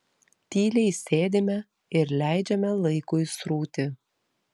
tyliai sėdime ir leidžiame laikui srūti